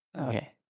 Okay